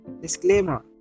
Disclaimer